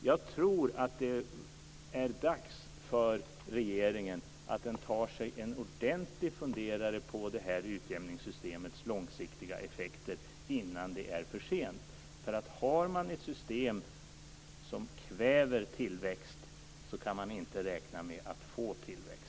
Jag tror att det är dags för regeringen att ta sig en ordentlig funderare på utjämningsystemets långsiktiga effekter innan det är för sent. Har man ett system som kväver tillväxt kan man inte räkna med att få tillväxt.